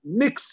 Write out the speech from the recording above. mix